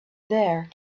there